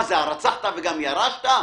מה זה, הרצחת וגם ירשת?